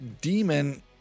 Demon